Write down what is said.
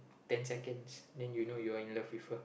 ten seconds then you know you are in love with her